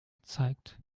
zeigt